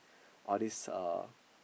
all these uh